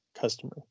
customer